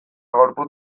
gorputzaren